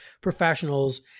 professionals